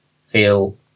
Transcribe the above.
feel